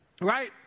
right